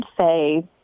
say